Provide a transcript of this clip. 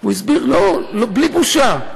והוא הסביר, בלי בושה: